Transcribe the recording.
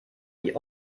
die